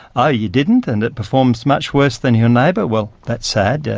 ah you didn't, and it performs much worse than your neighbour, well, that's sad,